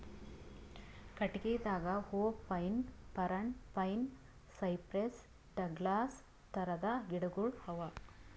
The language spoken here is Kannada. ಕಟ್ಟಗಿದಾಗ hoop pine, Parana pine, cypress, Douglas ಥರದ್ ಗಿಡಗೋಳು ಅವಾ